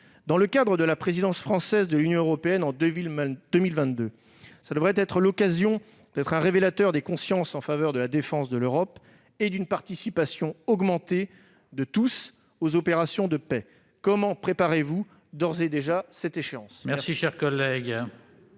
Sahel ? Enfin, la présidence française de l'Union européenne en 2022 devrait être l'occasion d'une prise de conscience en faveur de la défense de l'Europe et d'une participation accrue de tous aux opérations de paix. Comment préparez-vous d'ores et déjà cette échéance ?